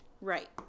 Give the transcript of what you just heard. right